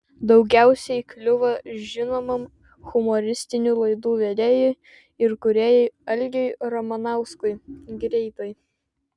daugiausiai kliuvo žinomam humoristinių laidų vedėjui ir kūrėjui algiui ramanauskui greitai